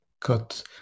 cut